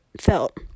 felt